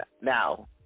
Now